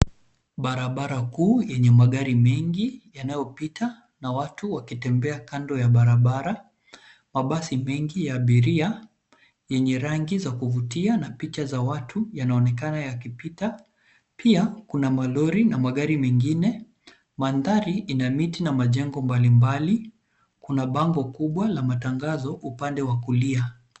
Barabara kuu yenye magari mengi yanayopita, na watu wakitembea kando ya barabara. Mabasi mengi ya abiria yenye rangi za kuvutia na picha za watu, yanaonekana yakipita. Pia, kuna malori na magari mengine. Mandhari ina miti na majengo mbali mbali. Kuna bango kubwa la matangazo upande wa kulia.